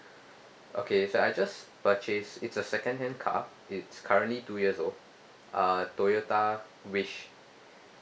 okay so I just purchased it's a second hand car it's currently two years old uh toyota wish